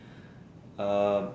um